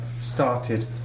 started